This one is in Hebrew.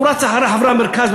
והוא רץ אחרי חברי המרכז,